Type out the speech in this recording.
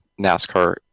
NASCAR